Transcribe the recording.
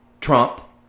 Trump